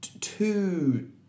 two